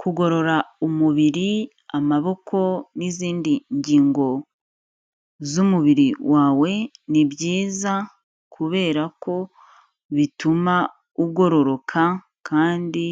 Kugorora umubiri, amaboko n'izindi ngingo z'umubiri wawe, ni byiza, kubera ko bituma ugororoka, kandi